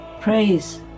praise